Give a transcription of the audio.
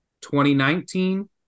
2019